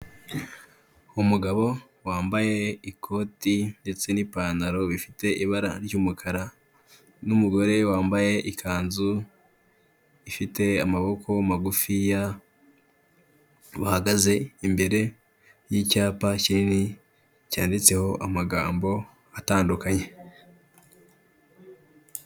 Umugabo wambaye ikoti ndetse n'ipantaro bifite ibara ry'umukara n'umugore wambaye ikanzu ifite, amaboko magufiya, bahagaze imbere y'icyapa kinini cyanditseho amagambo atandukanye.